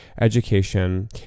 education